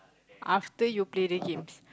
after you play the game